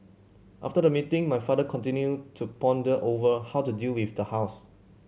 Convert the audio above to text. after the meeting my father continued to ponder over how to deal with the house